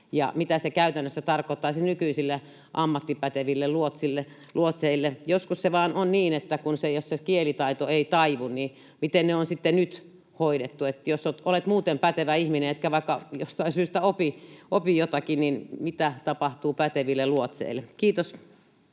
mitä se käytännössä tarkoittaisi nykyisille ammattipäteville luotseille. Joskus vain on niin, että se kielitaito ei taivu — miten ne on nyt hoidettu? Jos olet muuten pätevä ihminen etkä vaikka jostain syystä opi jotakin, niin mitä tapahtuu päteville luotseille? — Kiitos.